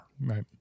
Right